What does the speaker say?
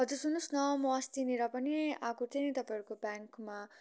हजुर सुन्नुहोस् न म अस्तिनिर पनि आएको थिएँ नि तपाईँहरूको ब्याङ्कमा